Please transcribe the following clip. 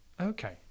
Okay